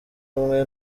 umwe